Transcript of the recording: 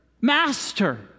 Master